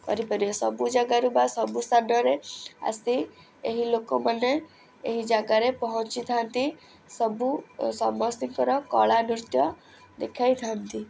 କରିପାରିବେ ସବୁ ଯାଗାରେ ବା ସବୁ ସ୍ଥାନରେ ଆସି ଏହି ଲୋକମାନେ ଏହି ଯାଗାରେ ପହଞ୍ଚି ଥାଆନ୍ତି ସବୁ ସମସ୍ତିଙ୍କର କଳା ନୃତ୍ୟ ଦେଖାଇ ଥାଆନ୍ତି